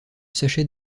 sachet